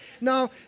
Now